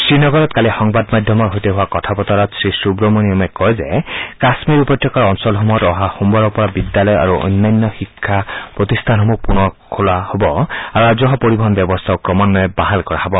শ্ৰীনগৰত কালি সংবাদ মাধ্যমৰ সৈতে হোৱা কথা বতৰাত শ্ৰীসুৱমণিয়মে কয় যে কাশ্মীৰ উপত্যকা অঞ্চলসমূহত অহা সোমবাৰৰ পৰা বিদ্যালয় আৰু অন্যান্য শিক্ষা প্ৰতিষ্ঠানসমূহ পুনৰ খোলা হ'ব আৰু ৰাজহুৱা পৰিবহন ব্যৱস্থাও ক্ৰমান্বয়ে বাহাল কৰা হ'ব